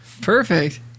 perfect